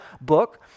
book